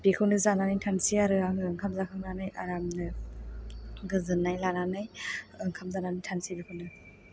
बेखौनो जानानै थानोसै आरो आङो ओंखाम जाखांनानै आरामनो गोजोननाय लानानै ओंखाम जानानै थानोसै बेखौनो